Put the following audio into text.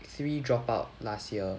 three drop out last year